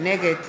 נגד